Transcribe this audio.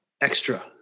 extra